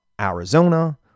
Arizona